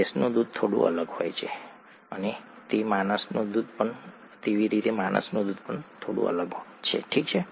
ભેંસનું દૂધ થોડું અલગ છે અને માણસનું દૂધ થોડું અલગ છે ઠીક છે